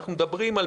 אנחנו מדברים על